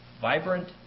vibrant